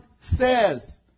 says